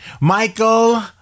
Michael